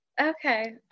okay